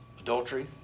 Adultery